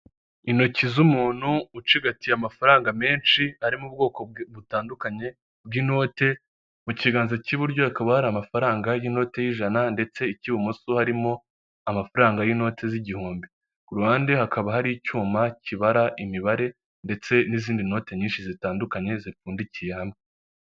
Aha tukaba turi kuhabona umunara na senyege; umunara usizwe ibara ry'umutuku n'umweru, hasi y'aho hakaba hari icyapa cya eyateri.